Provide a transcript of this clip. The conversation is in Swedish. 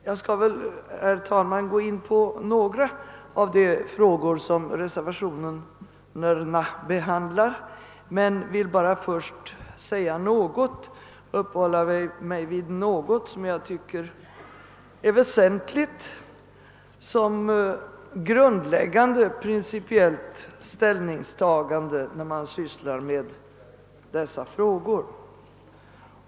Jag skall, herr talman, gå in på några av de frågor som reservationerna behandlar, men jag vill först uppehålla mig vid något som jag tycker är väsentligt och som innebär ett grundläggande principiellt ställningstagande vid behandlingen av dessa frågor.